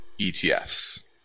ETFs